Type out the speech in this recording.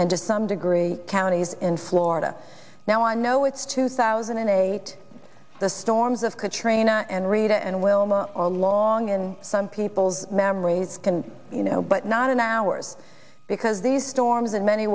and to some degree counties in florida now i know it's two thousand and eight the storms of katrina and rita and wilma are long in some people's memories can you know but not in ours because these storms in many